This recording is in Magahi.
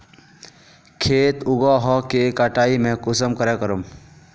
खेत उगोहो के कटाई में कुंसम करे करूम?